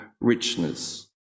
richness